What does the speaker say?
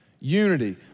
Unity